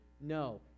No